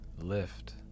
lift